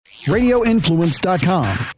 RadioInfluence.com